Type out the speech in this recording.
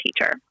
teacher